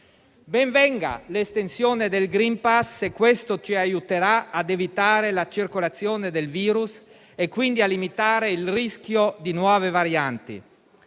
Ben venga l'estensione del *green pass* se questo ci aiuterà a evitare la circolazione del virus, quindi a limitare il rischio di nuove varianti.